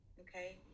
Okay